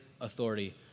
authority